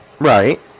Right